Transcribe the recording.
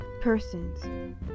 persons